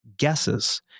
guesses